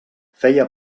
feia